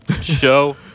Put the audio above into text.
show